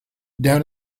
down